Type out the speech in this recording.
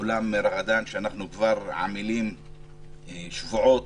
אולם "רגדאן" אנחנו עמלים כבר שבועות,